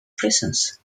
prisons